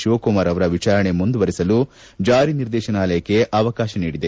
ಶಿವಕುಮಾರ್ ಅವರ ವಿಚಾರಣೆ ಮುಂದುವರಿಸಲು ಜಾರಿ ನಿರ್ದೇಶನಾಲಯಕ್ಕೆ ಅವಕಾಶ ನೀಡಿದೆ